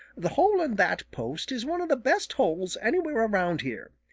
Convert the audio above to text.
the hole in that post is one of the best holes anywhere around here.